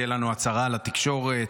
הצהרה לתקשורת,